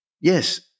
yes